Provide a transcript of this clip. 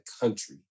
country